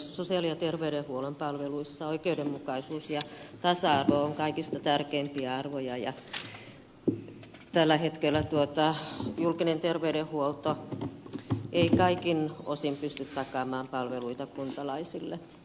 sosiaali ja terveydenhuollon palveluissa oikeudenmukaisuus ja tasa arvo ovat kaikista tärkeimpiä arvoja ja tällä hetkellä julkinen terveydenhuolto ei kaikin osin pysty takaamaan palveluita kuntalaisille